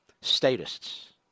statists